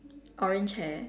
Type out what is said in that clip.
orange hair